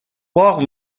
باغ